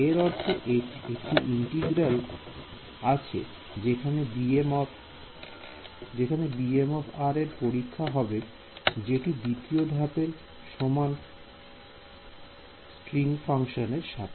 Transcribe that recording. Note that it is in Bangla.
এর অর্থ একটি ইন্টিগ্রাল আছে যেখানে bmএর পরীক্ষা হবে যেটি দ্বিতীয় ধাপের সমান স্ট্রিং ফাংশন এর সাথে